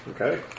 Okay